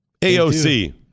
AOC